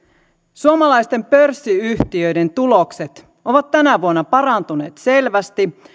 suomalaisten pörssiyhtiöiden tulokset ovat tänä vuonna parantuneet selvästi